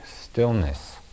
stillness